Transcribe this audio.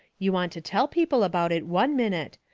you want to tell people about it one minute.